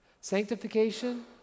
Sanctification